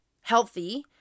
healthy